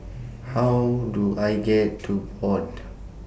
How Do I get to Board